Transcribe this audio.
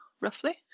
roughly